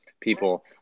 people